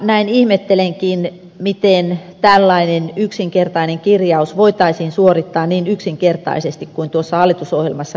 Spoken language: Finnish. näin ihmettelenkin miten tällainen yksinkertainen kirjaus voitaisiin suorittaa niin yksinkertaisesti kuin mihin tuossa hallitusohjelmassa viitataan